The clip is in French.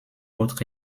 autres